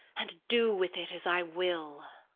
and do with it as i will.